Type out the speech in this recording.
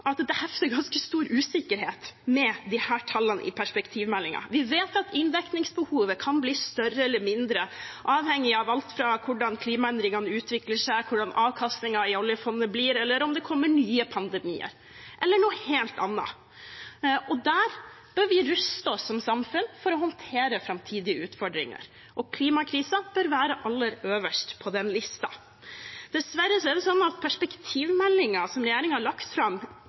at det hefter ganske stor usikkerhet ved disse tallene i perspektivmeldingen. Vi vet at inndekningsbehovet kan bli større eller mindre, avhengig av alt fra hvordan klimaendringene utvikler seg, hvordan avkastningen i oljefondet blir, eller om det kommer nye pandemier – eller noe hele annet. Der bør vi ruste oss som samfunn for å håndtere framtidige utfordringer. Klimakrisen bør være aller øverst på den listen. Dessverre er det sånn at perspektivmeldingen som regjeringen har lagt fram,